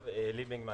עלי בינג.